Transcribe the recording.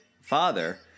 father